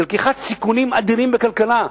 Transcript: זה לקיחת סיכונים אדירים בכלכלה,